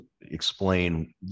explain